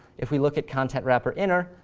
if we look at content-wrapper-inner,